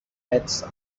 myths